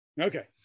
okay